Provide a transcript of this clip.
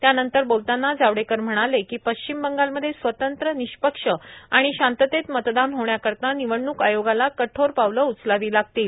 त्यानंतर बोलतांना जावडेकर म्हणाले की पश्चिम बंगालमध्ये स्वतंत्र निष्पक्ष आणि शांततेत मतदान होण्याकरिता निवडणूक आयोगाला कठोर पावलं उचलावी लागतील